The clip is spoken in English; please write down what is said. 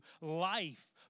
life